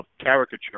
caricature